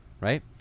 Right